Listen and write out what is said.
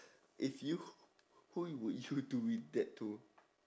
if you who would you do it that to